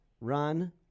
run